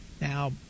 Now